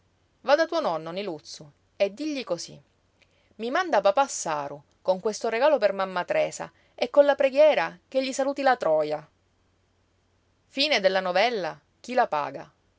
va da tuo nonno niluzzu e digli così i mandava passaro con questo regalo per mamma tresa e con la preghiera che gli saluti la troja